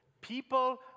People